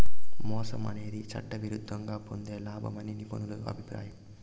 మోసం అనేది చట్టవిరుద్ధంగా పొందే లాభం అని నిపుణుల అభిప్రాయం